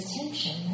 attention